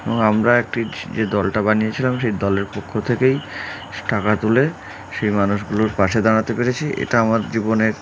এবং আমরা একটি যে দলটা বানিয়েছিলাম সেই দলের পক্ষ থেকেই টাকা তুলে সেই মানুষগুলোর পাশে দাঁড়াতে পেরেছি এটা আমার জীবনের